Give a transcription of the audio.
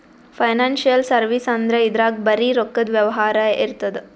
financial service ಅಂದ್ರ ಇದ್ರಾಗ್ ಬರೀ ರೊಕ್ಕದ್ ವ್ಯವಹಾರೇ ಇರ್ತದ್